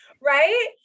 Right